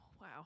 Wow